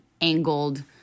angled